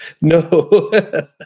no